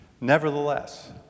Nevertheless